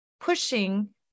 pushing